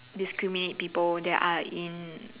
discriminate people that are in